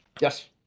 Yes